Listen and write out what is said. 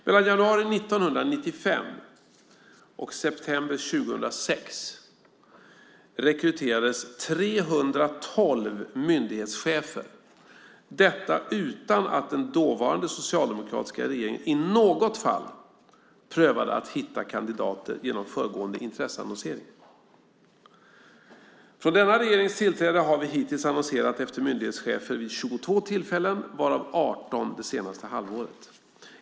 Mellan januari 1995 och september 2006 rekryterades 312 myndighetschefer, detta utan att den dåvarande socialdemokratiska regeringen i något fall prövade att hitta kandidater genom föregående intresseannonsering. Från denna regerings tillträde har vi hittills annonserat efter myndighetschefer vid 22 tillfällen, varav 18 det senaste halvåret.